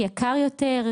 יקר יותר?